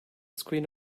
screen